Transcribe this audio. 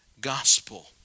gospel